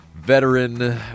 veteran